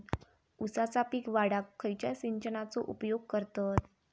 ऊसाचा पीक वाढाक खयच्या सिंचनाचो उपयोग करतत?